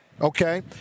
okay